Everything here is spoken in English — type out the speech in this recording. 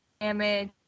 damage